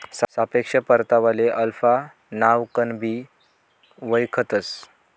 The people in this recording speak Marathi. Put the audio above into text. सापेक्ष परतावाले अल्फा नावकनबी वयखतंस